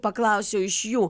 paklausiau iš jų